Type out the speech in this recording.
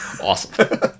awesome